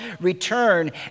return